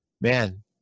Man